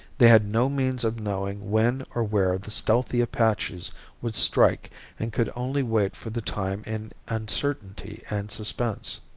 they had no means of knowing when or where the stealthy apaches would strike and could only wait for the time in uncertainty and suspense.